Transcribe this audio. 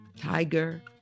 tiger